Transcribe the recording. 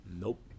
Nope